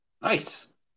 Nice